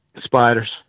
Spiders